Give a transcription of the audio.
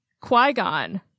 Qui-Gon